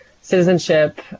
citizenship